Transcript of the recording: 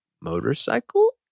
motorcycle